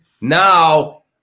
now